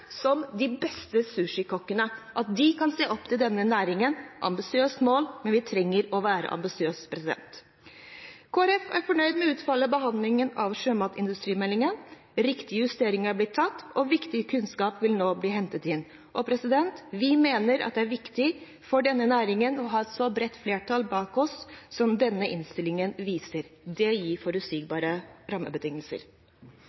de beste sushikokkene kan se opp til denne næringen. Det er et ambisiøst mål, men vi trenger å være ambisiøse. Kristelig Folkeparti er fornøyd med utfallet av behandlingen av sjømatindustrimeldingen. Riktige justeringer har blitt tatt, og viktig kunnskap vil nå bli hentet inn. Vi mener det er viktig for denne næringen å ha et så bredt flertall bak seg som denne innstillingen viser. Det gir